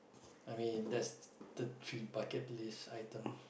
I mean if that's the three bucket list items